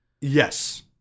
Yes